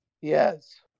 yes